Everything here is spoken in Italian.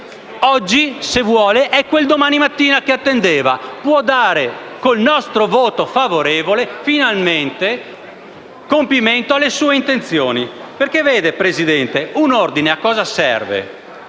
Oggi, se vuole, è quella mattina seguente che attendeva: può dare, con il nostro voto favorevole, finalmente compimento alle sue intenzioni. Signor Presidente, un ordine a cosa serve?